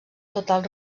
total